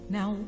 Now